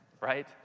right